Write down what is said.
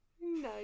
Nice